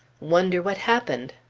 wonder what happened?